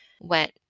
went